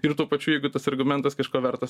ir tuo pačiu jeigu tas argumentas kažko vertas